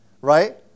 right